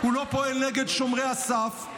הוא לא פועל נגד שומרי הסף,